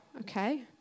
okay